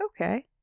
Okay